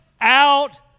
out